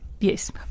yes